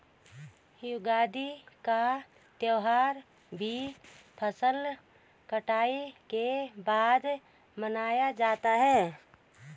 युगादि का त्यौहार भी फसल कटाई के बाद मनाया जाता है